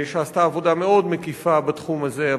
שעשתה עבודה מאוד מקיפה בתחום הזה,